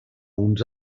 uns